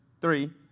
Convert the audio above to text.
three